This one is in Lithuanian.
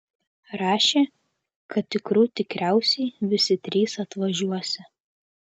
rašė kad tikrų tikriausiai visi trys atvažiuosią